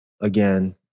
again